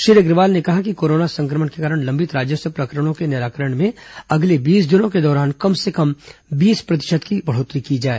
श्री अग्रवाल ने कहा कि कोरोना सं क्र मण के कारण लंबित राजस्व प्रकरणों के निराकरण में अगले बीस दिनों के दौरान कम से कम बीस प्रतिशत की बढ़ोत्तरी की जाए